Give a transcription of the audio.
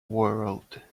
world